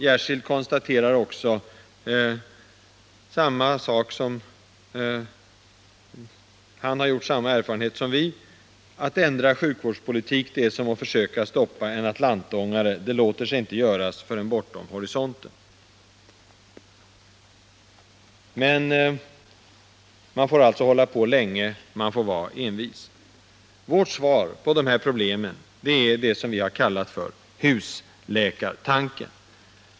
Jersild har också gjort samma iakttagelse som vi: ”att ändra sjukvårdspolitiken är som att försöka stoppa en atlantångare — det låter sig inte göras förrän bortom horisonten.” Man får alltså hålla på länge — man får vara envis. Vårt svar på de här problemen är det som vi kallat för husläkartanken.